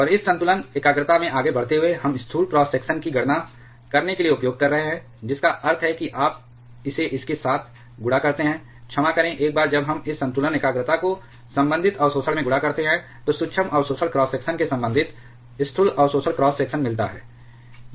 और इस संतुलन एकाग्रता में आगे बढ़ते हुए हम स्थूल क्रॉस सेक्शन की गणना करने के लिए उपयोग कर रहे हैं जिसका अर्थ है कि आप इसे इस के साथ गुणा करते हैं क्षमा करें एक बार जब हम इस संतुलन एकाग्रता को संबंधित अवशोषण में गुणा करते हैं तो सूक्ष्म अवशोषण क्रॉस सेक्शन के संबंधित स्थूल अवशोषण क्रॉस सेक्शन मिलता है